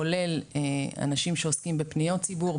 כולל אנשים שעוסקים בפניות ציבור,